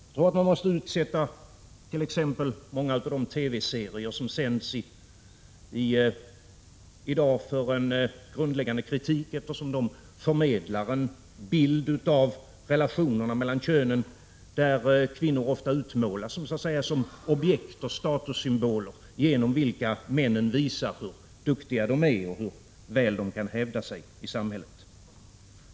Jag tror att man måste utsätta t.ex. många av de TV-serier som sänds i dag för en grundläggande kritik, eftersom de förmedlar en bild av relationerna mellan könen där kvinnor ofta utmålas som objekt och statussymboler, genom vilka männen visar hur duktiga de är och hur väl de kan hävda sig i samhället.